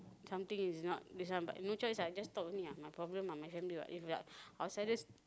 something is not this one but no choice ah just talk only ah my problem ah my family what if got outsiders